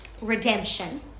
redemption